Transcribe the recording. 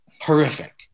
horrific